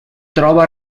troba